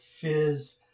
fizz